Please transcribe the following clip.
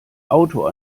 auto